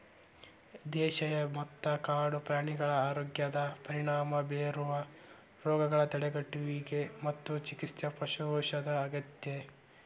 ದೇಶೇಯ ಮತ್ತ ಕಾಡು ಪ್ರಾಣಿಗಳ ಆರೋಗ್ಯದ ಪರಿಣಾಮ ಬೇರುವ ರೋಗಗಳ ತಡೆಗಟ್ಟುವಿಗೆ ಮತ್ತು ಚಿಕಿತ್ಸೆಗೆ ಪಶು ಔಷಧ ಅಗತ್ಯ